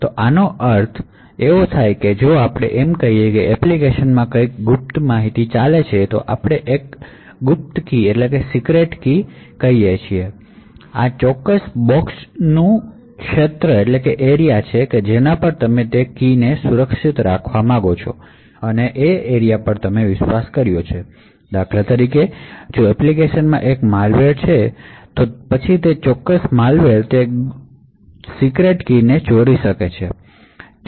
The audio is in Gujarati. તો આનો અર્થ એ છે કે જો આપણે કહીએ કે એપ્લિકેશનમાં કંઈક સીક્રેટછે તો ચાલો આપણે એક સીક્રેટકી છે તેવું કહીએ તો આ ચોક્કસ બોક્સડ એરિયાએ તે એરિયાછે કે જેના પર તમે કીને સુરક્ષિત રાખવા માટે વિશ્વાસ કર્યો છે ઉદાહરણ તરીકે જો એપ્લિકેશનમાં એક માલવેર છે તો તે ચોક્કસ માલવેર તે સીક્રેટકીને ચોરી શકે છે